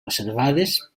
reservades